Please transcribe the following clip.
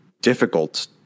difficult